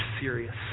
serious